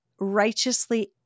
righteously